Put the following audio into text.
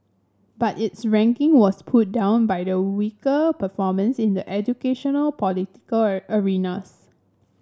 but its ranking was pulled down by the weaker performance in the educational political a arenas